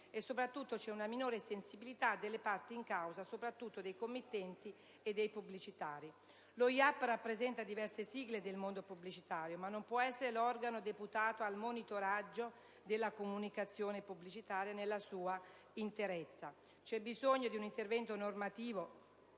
soprattutto, c'è una minore sensibilità delle parti in causa, soprattutto dei committenti e dei pubblicitari. Lo IAP rappresenta diverse sigle del mondo pubblicitario, ma non può essere l'organo deputato al monitoraggio della comunicazione pubblicitaria nella sua interezza. C'è bisogno di un intervento normativo